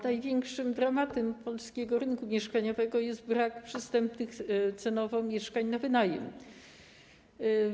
Największym dramatem polskiego rynku mieszkaniowego jest brak przystępnych cenowo mieszkań na wynajem.